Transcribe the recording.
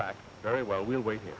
back very well we'll wait here